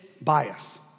bias